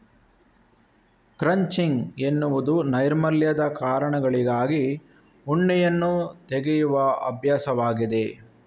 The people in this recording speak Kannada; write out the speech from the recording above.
ಕ್ರಚಿಂಗ್ ಎನ್ನುವುದು ನೈರ್ಮಲ್ಯದ ಕಾರಣಗಳಿಗಾಗಿ ಉಣ್ಣೆಯನ್ನು ತೆಗೆಯುವ ಅಭ್ಯಾಸವಾಗಿದೆ